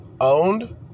owned